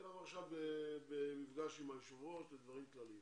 אנחנו מקיימים עכשיו מפגש עם היושב ראש לדברים כלליים.